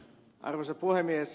arvoisa puhemies